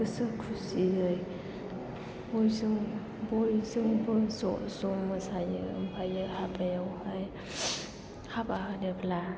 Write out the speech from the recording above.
गोसो खुसियै बयजों ज' ज' मोसायो ओमफ्राय हाबायावहाय हाबा होनोब्ला